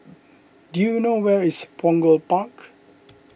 do you know where is Punggol Park